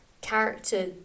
character